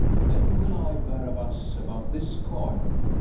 then will i, barabas, about this coin,